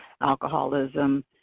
alcoholism